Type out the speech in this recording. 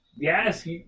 Yes